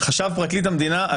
חשב פרקליט המדינה,